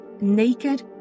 naked